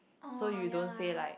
oh ya lah